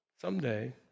someday